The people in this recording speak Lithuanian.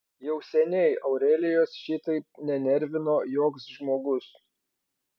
jau seniai aurelijos šitaip nenervino joks žmogus